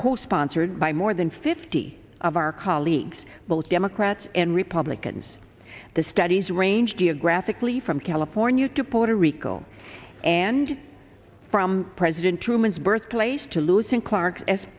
co sponsored by more than fifty of our colleagues both democrats and republicans the studies ranged geographically from california to puerto rico and from president truman's birthplace to losing clark as